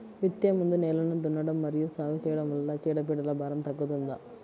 విత్తే ముందు నేలను దున్నడం మరియు సాగు చేయడం వల్ల చీడపీడల భారం తగ్గుతుందా?